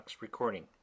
recording